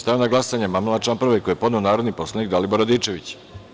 Stavljam na glasanje amandman na član 2. koji je podneo narodni poslanik Dalibor Radičević.